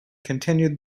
continued